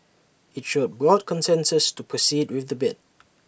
IT showed broad consensus to proceed with the bid